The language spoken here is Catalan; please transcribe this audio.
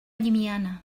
llimiana